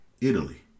Italy